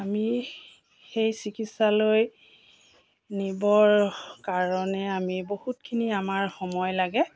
আমি সেই চিকিৎসালয় নিবৰ কাৰণে আমি বহুতখিনি আমাৰ সময় লাগে